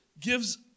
gives